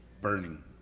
Burning